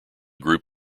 group